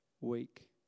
week